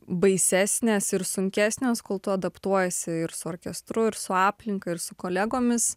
baisesnės ir sunkesnėm kol tu adaptuojiesi ir su orkestru ir su aplinka ir su kolegomis